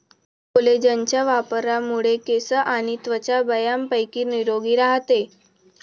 कोलेजनच्या वापरामुळे केस आणि त्वचा बऱ्यापैकी निरोगी राहते